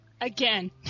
again